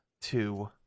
two